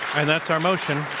and that's our motion,